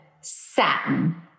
satin